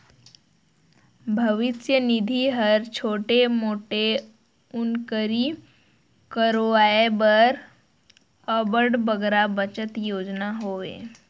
भविस निधि हर छोटे मोटे नउकरी करोइया बर अब्बड़ बड़खा बचत योजना हवे